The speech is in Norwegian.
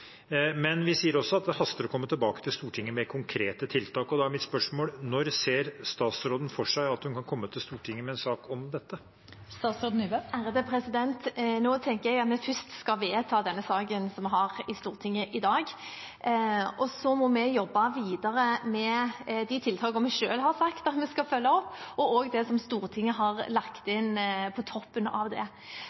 Men vi sier også at det haster å komme tilbake til Stortinget med konkrete tiltak. Da er mitt spørsmål: Når ser statsråden for seg at hun kan komme til Stortinget med en sak om dette? Nå tenker jeg at vi først skal vedta denne saken vi har i Stortinget i dag. Så må vi jobbe videre med de tiltakene vi selv har sagt vi skal følge opp, og også med det som Stortinget har lagt inn på toppen av det.